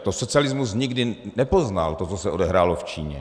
To socialismus nikdy nepoznal, to, co se odehrálo v Číně.